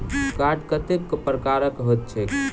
Card कतेक प्रकारक होइत छैक?